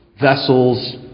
vessels